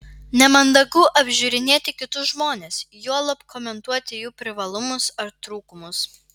nemandagu apžiūrinėti kitus žmones juolab komentuoti jų privalumus ar trūkumus